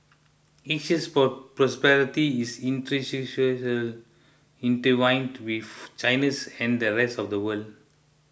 Asia's prosperity is intertwined with China's and the rest of the world